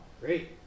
Great